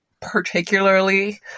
particularly